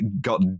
got